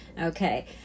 okay